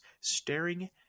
staring